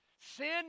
sin